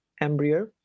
embryo